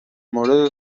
مورد